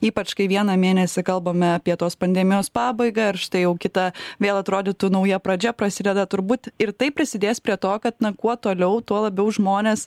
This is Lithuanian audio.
ypač kai vieną mėnesį kalbame apie tos pandemijos pabaigą ar štai jau kitą vėl atrodytų nauja pradžia prasideda turbūt ir tai prisidės prie to kad kuo toliau tuo labiau žmonės